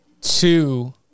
Two